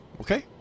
okay